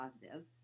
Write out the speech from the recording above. Positive